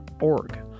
.org